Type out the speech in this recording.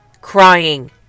crying